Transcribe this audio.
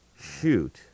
Shoot